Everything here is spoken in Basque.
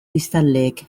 biztanleek